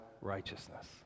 righteousness